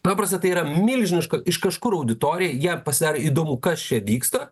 paprasta tai yra milžiniška iš kažkur auditorija jai pasidarė įdomu kas čia vyksta